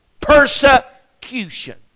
Persecution